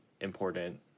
important